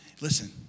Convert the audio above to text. Listen